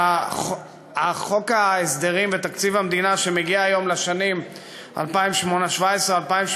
חוק ההסדרים ותקציב המדינה לשנים 2017 2018 שמגיעים היום,